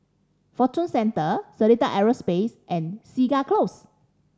Fortune Centre Seletar Aerospace and Segar Close